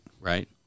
right